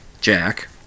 Jack